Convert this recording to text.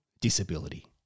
disability